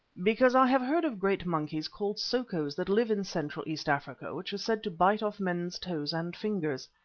because i have heard of great monkeys called sokos that live in central east africa which are said to bite off men's toes and fingers.